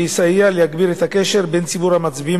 שיסייע להגביר את הקשר בין ציבור המצביעים